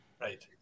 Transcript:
Right